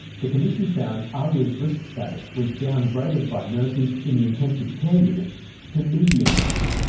the commission found ahlia's risk status was downgraded by nurses in the intensive care unit to medium risk,